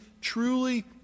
truly